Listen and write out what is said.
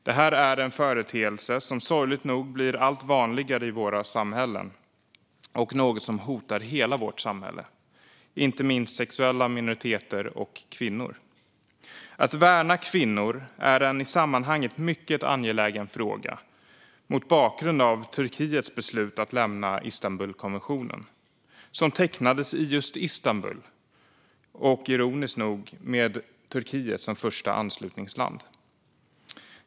Det är en företeelse som sorgligt nog blir allt vanligare i våra samhällen. Och det är något som hotar hela vårt samhälle, inte minst sexuella minoriteter och kvinnor. Att värna kvinnor är en i sammanhanget mycket angelägen fråga mot bakgrund av Turkiets beslut att lämna Istanbulkonventionen, som upprättades i just Istanbul och som ironiskt nog hade Turkiet som första anslutningsland.